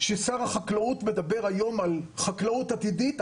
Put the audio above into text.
כששר החקלאות מדבר היום על חקלאות עתידית,